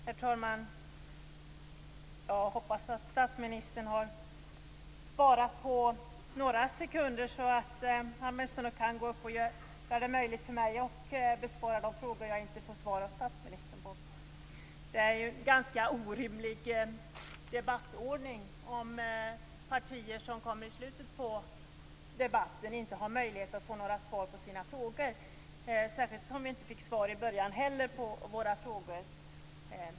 Herr talman! Jag hoppas att statsministern har sparat några sekunder, så att jag kan få svar på några av mina frågor som han inte har besvarat. Det är en ganska orimlig debattordning om partier som kommer i slutet av debatten inte har möjlighet att få några svar på sina frågor. Jag fick inte heller i början svar på mina frågor.